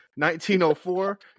1904